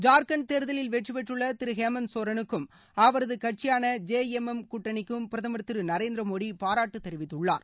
ஜார்கண்ட் தேர்தலில் வெற்றிபெற்றுள்ள திரு ஹேமந்த் சோரனுக்கும் அவரது கட்சியான ஜே எம் எம் கூட்டணிக்கும் பிரதமர் திரு நரேந்திர மோடி பாராட்டு தெரிவித்துள்ளார்